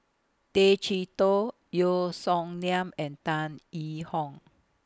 Tay Chee Toh Yeo Song Nian and Tan Yee Hong